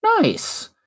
Nice